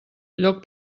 lloc